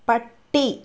പട്ടി